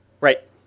right